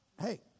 Hey